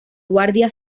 guardia